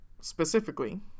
specifically